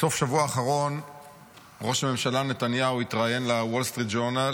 בסוף השבוע האחרון ראש הממשלה נתניהו התראיין לוול סטריט ג'ורנל,